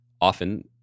often